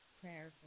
prayer